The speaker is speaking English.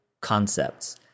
concepts